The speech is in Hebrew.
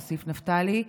הוסיף נפתלי,